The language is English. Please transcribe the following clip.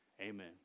Amen